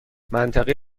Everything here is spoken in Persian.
منطقه